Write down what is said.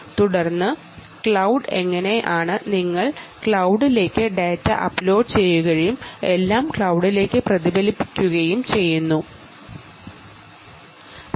തുടർന്ന് എങ്ങനെയാണ് നിങ്ങൾ ക്ലൌഡിലേക്ക് ഡാറ്റ അപ്ലോഡുചെയ്യുകയും എല്ലാം ക്ലൌഡിലേക്ക് പ്രതിഫലിപ്പിക്കുകയും ചെയ്യുന്നത് നമ്മൾ കണ്ടു